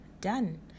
Done